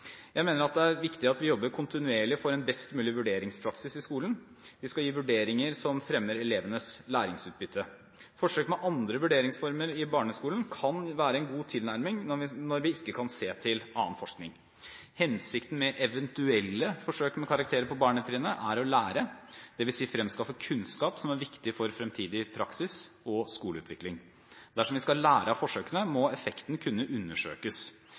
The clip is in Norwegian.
er viktig at vi jobber kontinuerlig for en best mulig vurderingspraksis i skolen. Vi skal gi vurderinger som fremmer elevenes læringsutbytte. Forsøk med andre vurderingsformer i barneskolen kan være en god tilnærming når vi ikke kan se til annen forskning. Hensikten med eventuelle forsøk med karakterer på barnetrinnet er å lære, dvs. fremskaffe kunnskap som er viktig for fremtidig praksis og skoleutvikling. Dersom vi skal lære av forsøkene, må effekten kunne undersøkes.